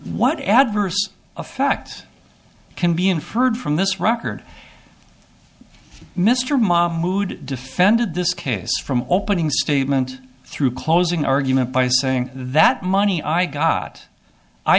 what adverse effect can be inferred from this record mr mahmood defended this case from opening statement through closing argument by saying that money i got i